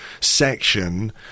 Section